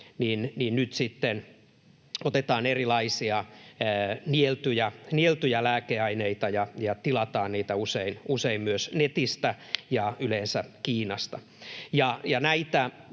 otetaan erilaisia nieltäviä lääkeaineita ja tilataan niitä usein myös netistä ja yleensä Kiinasta.